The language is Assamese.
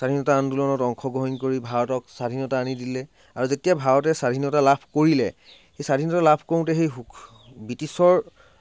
স্বাধীনতা আন্দোলনত অংশগ্ৰহণ কৰি ভাৰতক স্বাধীনতা আনি দিলে আৰু যেতিয়া ভাৰতে স্বাধীনতা লাভ কৰিলে সেই স্বাধীনতা লাভ কৰোতে সেই সুখ ব্ৰিটিছৰ